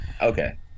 Okay